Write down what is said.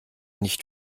nicht